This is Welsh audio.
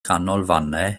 ganolfannau